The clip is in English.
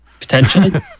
Potentially